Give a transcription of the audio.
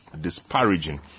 disparaging